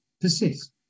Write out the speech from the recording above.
persist